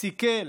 סיכל